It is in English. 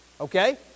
Okay